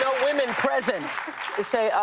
ah women present to say,